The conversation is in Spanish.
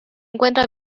encuentra